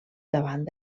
davant